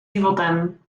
životem